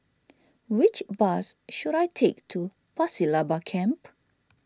which bus should I take to Pasir Laba Camp